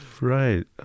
Right